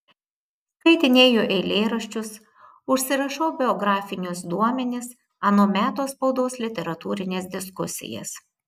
skaitinėju eilėraščius užsirašau biografinius duomenis ano meto spaudos literatūrines diskusijas